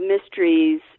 mysteries